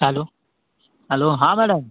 hello hello हाँ madam